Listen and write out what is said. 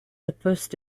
supposed